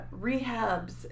rehabs